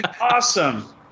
Awesome